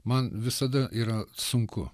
man visada yra sunku